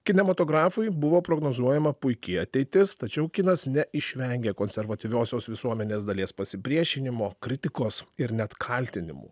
kinematografui buvo prognozuojama puiki ateitis tačiau kinas neišvengė konservatyviosios visuomenės dalies pasipriešinimo kritikos ir net kaltinimų